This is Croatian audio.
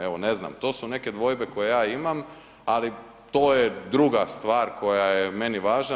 Evo, ne znam, to su neke dvojbe koje ja imam, ali to je druga stvar koja je meni važna.